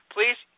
Please